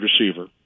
receiver